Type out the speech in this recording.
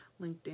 LinkedIn